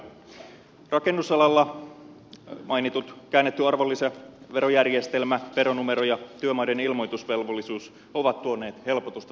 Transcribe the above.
rakennusalalla mainitut käännetty arvonlisäverojärjestelmä veronumero ja työmaiden ilmoitusvelvollisuus ovat tuoneet helpotusta tilanteeseen